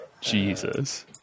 Jesus